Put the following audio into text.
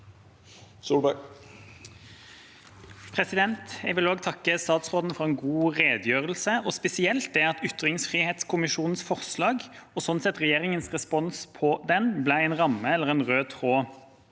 Også jeg vil takke statsråden for en god redegjørelse, og spesielt for at ytringsfrihetskommisjonens forslag, og sånn sett regjeringens respons på den, ble en ramme eller en rød tråd